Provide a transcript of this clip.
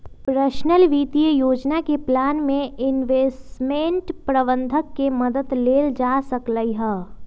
personal वित्तीय योजना के प्लान में इंवेस्टमेंट परबंधक के मदद लेल जा सकलई ह